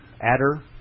adder